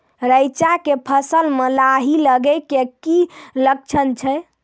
रैचा के फसल मे लाही लगे के की लक्छण छै?